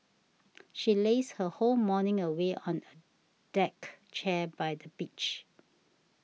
she lazed her whole morning away on a deck chair by the beach